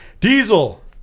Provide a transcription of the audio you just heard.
Diesel